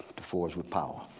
to forge with power.